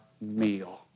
meal